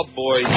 boy